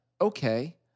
okay